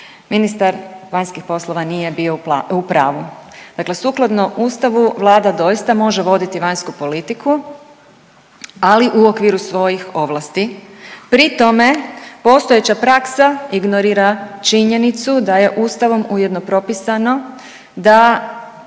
Ministar vanjskih poslova nije bio u pravu, dakle sukladno ustavu vlada doista može voditi vanjsku politiku, ali u okviru svojih ovlasti, pri tome postojeća praksa ignorira činjenicu da je ustavom ujedno propisano da